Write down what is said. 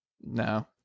no